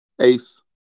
Ace